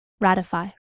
ratify